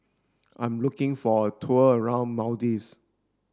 I'm looking for a tour around Maldives